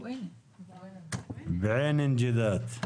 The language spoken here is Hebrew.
בועיינה-נוג'ידאת.